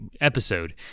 episode